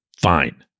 Fine